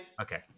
Okay